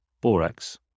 borax